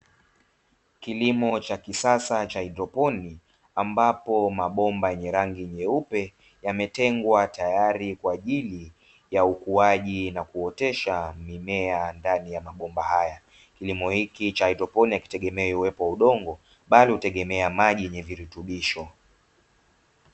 Kilimo cha kisasa cha haidroponi, ambapo mabomba yenye rangi nyeupe, yametengwa tayari kwa ajili ya ukuaji na kuotesha mimea ndani ya mabomba haya, kilimo hiki cha haidroponi hakitegemei uwepo wa udongo, bali hutegemea maji yenye virutubisho.